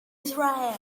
israel